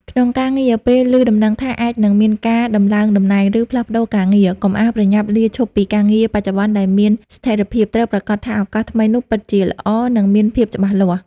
ក្នុងការងារ ពេលឮដំណឹងថាអាចនឹងមានការដំឡើងតំណែង ឬផ្លាស់ប្តូរការងារ កុំអាលប្រញាប់លាឈប់ពីការងារបច្ចុប្បន្នដែលមានស្ថិរភាព ត្រូវប្រាកដថាឱកាសថ្មីនោះពិតជាល្អ និងមានភាពច្បាស់លាស់។